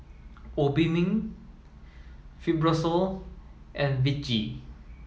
Obimin Fibrosol and Vichy